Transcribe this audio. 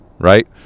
right